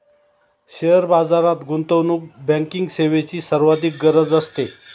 share बाजारात गुंतवणूक banking सेवेची सर्वाधिक गरज असते